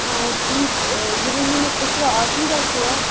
آ ٹھیٖک یہِ ؤنِو مےٚ تُہۍ چھُوا عقیٖدہ چھُوا